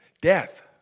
death